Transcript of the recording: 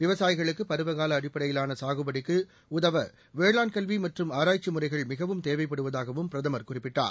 விவசாயிகளுக்கு பருவகால அடிப்படையிலான சாகுபடிக்கு உதவ வேளாண் கல்வி மற்றும் ஆராய்ச்சி முறைகள் மிகவும் தேவைப்படுவதாகவும் பிரதமர் குறிப்பிட்டார்